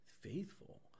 faithful